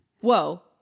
Whoa